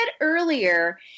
earlier